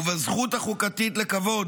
ובזכות החוקתית לכבוד.